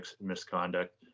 misconduct